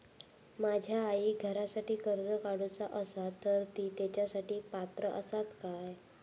माझ्या आईक घरासाठी कर्ज काढूचा असा तर ती तेच्यासाठी पात्र असात काय?